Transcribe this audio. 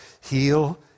heal